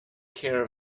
care